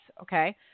okay